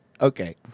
okay